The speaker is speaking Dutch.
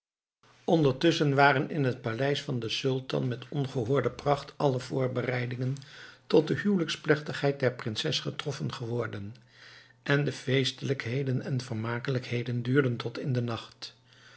ondertusschen waren in het paleis van den sultan met ongehoorde pracht alle voorbereidingen tot de huwelijksplechtigheid der prinses getroffen geworden en de feestelijkheden en vermakelijkheden duurden tot in den nacht